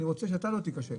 אני רוצה שאתה לא תכשל,